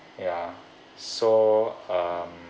ya so um